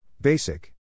Basic